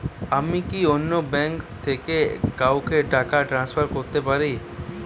আমি কি অন্য ব্যাঙ্ক থেকে কাউকে টাকা ট্রান্সফার করতে পারি?